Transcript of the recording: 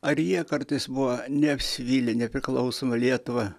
ar jie kartais buvo neapsivylę nepriklausoma lietuva